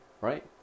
right